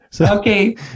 Okay